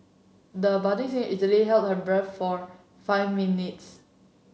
the budding singer is easily held her breath for five minutes